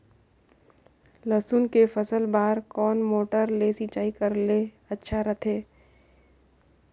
लसुन के फसल बार कोन मोटर ले सिंचाई करे ले अच्छा रथे?